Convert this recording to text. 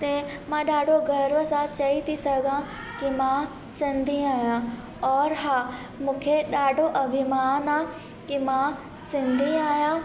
तंहिं मां ॾाढो गर्व सां चई ती सघां की मां सिंधी आहियां औरि हा मूंखे ॾाढो अभिमानु आहे की मां सिंधी आहियां